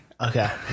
Okay